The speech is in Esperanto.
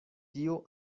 tio